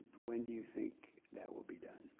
when do you think that will be done?